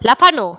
লাফানো